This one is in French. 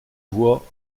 voie